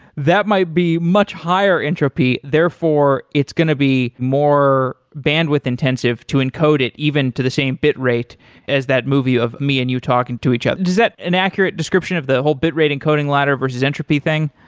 that might be much higher entropy. therefore, it's going to be more bandwidth intensive to encode it even to the same bitrate as that movie of me and you talking to each other. is that an accurate description of the whole bitrate encoding ladder versus entropy thing?